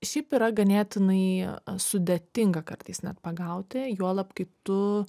šiaip yra ganėtinai sudėtinga kartais net pagauti juolab kai tu